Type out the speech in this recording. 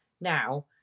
now